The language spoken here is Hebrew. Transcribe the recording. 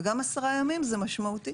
וגם עשרה ימים, זה משמעותי.